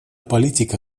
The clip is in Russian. политика